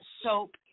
soap